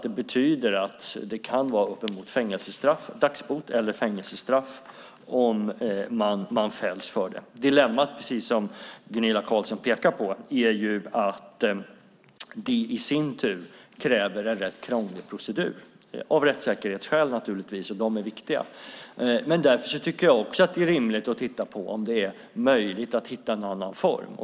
Det betyder alltså att det kan bli dagsbot eller fängelsestraff om man fälls för det. Dilemmat är, precis som Gunilla Carlsson pekar på, att det i sin tur kräver en rätt krånglig procedur, av rättssäkerhetsskäl naturligtvis, och dessa är viktiga. Därför tycker jag att det är rimligt att titta på om det är möjligt att hitta en annan form.